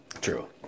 True